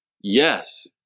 yes